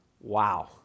Wow